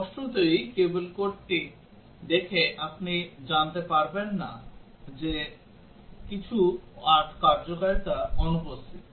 স্পষ্টতই কেবল কোডটি দেখে আপনি জানতে পারবেন না যে কিছু কার্যকারিতা অনুপস্থিত